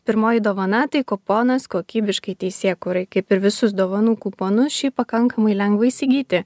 pirmoji dovana tai kuponas kokybiškai teisėja kuri kaip ir visus dovanų kuponus šį pakankamai lengva įsigyti